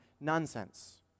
nonsense